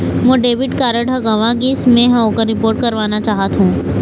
मोर debit card ह गंवा गिसे, मै ह ओकर रिपोर्ट करवाना चाहथों